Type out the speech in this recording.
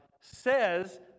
says